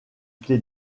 clé